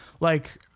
Like-